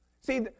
See